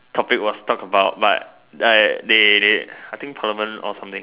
topic was talked about but I they they I think Herman or something